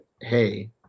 Hey